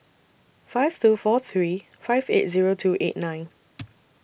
five two four three five eight Zero two eight nine